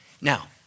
Now